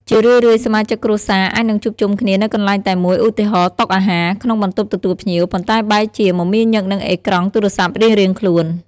ជារឿយៗ សមាជិកគ្រួសារអាចនឹងជួបជុំគ្នានៅកន្លែងតែមួយ ឧទាហរណ៍ តុអាហារ ក្នុងបន្ទប់ទទួលភ្ញៀវ ប៉ុន្តែបែរជា មមាញឹកនឹងអេក្រង់ទូរស័ព្ទរៀងៗខ្លួន។